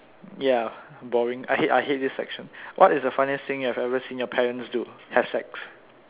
ya boring I hate I hate this section what is the funniest thing you have ever seen your parents do have sex